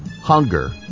hunger